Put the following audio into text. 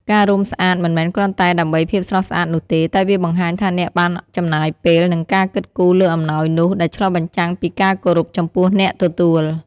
ការរុំស្អាតមិនមែនគ្រាន់តែដើម្បីភាពស្រស់ស្អាតនោះទេ តែវាបង្ហាញថាអ្នកបានចំណាយពេល និងការគិតគូរលើអំណោយនោះ ដែលឆ្លុះបញ្ចាំងពីការគោរពចំពោះអ្នកទទួល។